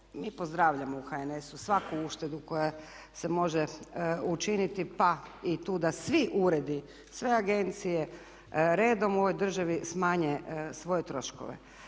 mi pozdravljamo u HNS-u svaku uštedu koja se može učiniti pa i tu da svi uredi, sve agencije redom u ovoj državi smanje svoje troškove.